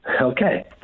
Okay